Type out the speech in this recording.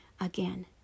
again